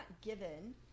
given